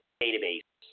database